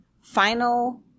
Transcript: final